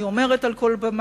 אני אומרת על כל במה,